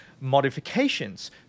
modifications